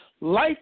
Life